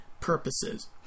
purposes